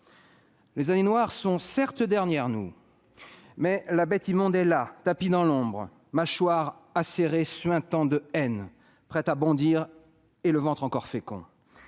Les années noires sont certes derrière nous, mais la bête immonde est là, tapie dans l'ombre, mâchoire acérée suintant de haine, prête à bondir et le ventre encore fécond.